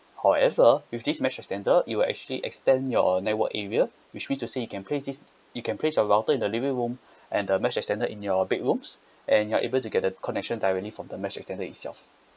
however with this mesh extender it will actually extend your network area which we just say you can paste this you can place a router in the living room and the mash extender in your bedrooms and you're able to get the connection directly from the mesh extender itself